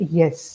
yes